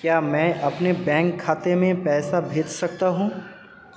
क्या मैं अपने बैंक खाते में पैसा भेज सकता हूँ?